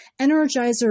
Energizer